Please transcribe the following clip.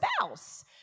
spouse